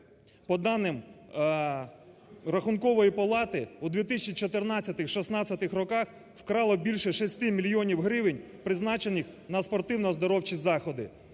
по даним Рахункової палати у 2014-16-х роках вкрало більше 6 мільйонів гривень, призначених на спортивно-оздоровчі заходи.